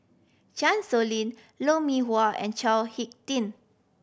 Chan Sow Lin Lou Mee Wah and Chao Hick Tin